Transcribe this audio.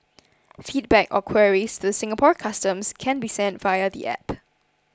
Feedback or queries to the Singapore Customs can be sent via the app